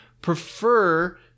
prefer